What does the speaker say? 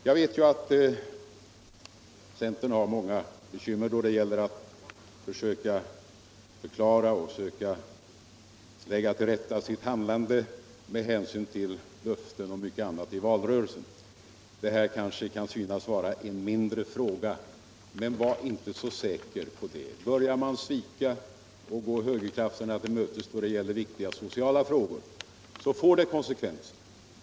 Jag vet att centern har många bekymmer då det gäller att försöka förklara och lägga till rätta sitt handlande med hänsyn till löften och mycket annat i valrörelsen. Den nu debatterade frågan kanske kan synas — Nr 23 tillhöra de mindre, men var inte så säkra på det. Börjar man svika och Onsdagen den gå högerkrafterna till mötes då det gäller viktiga sociala frågor så får — 10 november 1976 det konscekvenser.